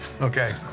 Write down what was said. Okay